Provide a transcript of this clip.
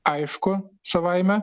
aišku savaime